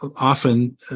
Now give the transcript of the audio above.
Often